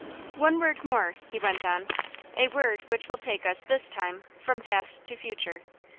one word more, he went on a word which will take us, this time, from past to future.